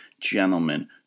gentlemen